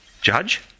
judge